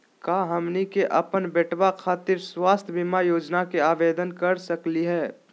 का हमनी के अपन बेटवा खातिर स्वास्थ्य बीमा योजना के आवेदन करे सकली हे?